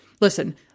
listen